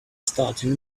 starting